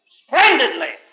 splendidly